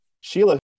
Sheila